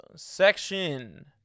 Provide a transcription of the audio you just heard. section